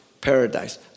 paradise